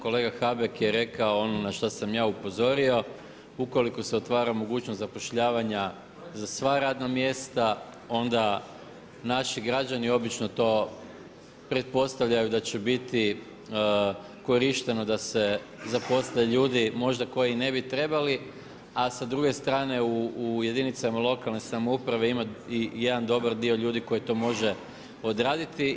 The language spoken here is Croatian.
Kolega Habek je rekao ono na što sam ja upozorio, ukoliko se otvara mogućnost zapošljavanja za sva radna mjesta onda naši građani obično to pretpostavljaju da će biti korišteno da se zaposle ljudi možda koji ne bi trebali a sa druge strane u jedinicama lokalne samouprave ima i jedan dobar dio ljudi koji to može odraditi.